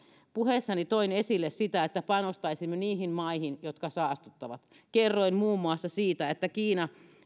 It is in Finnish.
puheessani toin esille sitä että panostaisimme niihin maihin jotka saastuttavat kerroin muun muassa siitä että